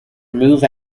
move